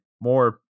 more